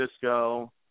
Cisco